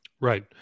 Right